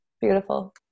beautiful